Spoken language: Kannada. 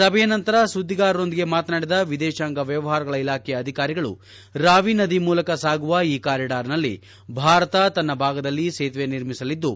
ಸಭೆಯ ನಂತರ ಸುದ್ದಿಗಾರರೊಂದಿಗೆ ಮಾತನಾಡಿದ ವಿದೇಶಾಂಗ ವ್ಯವಹಾರಗಳ ಇಲಾಖೆಯ ಅಧಿಕಾರಿಗಳು ರಾವಿ ನದಿ ಮೂಲಕ ಸಾಗುವ ಈ ಕಾರಿಡಾರ್ನಲ್ಲಿ ಭಾರತ ತನ್ನ ಭಾಗದಲ್ಲಿ ಸೇತುವೆ ನಿರ್ಮಿಸಲಿದ್ದು